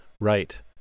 Right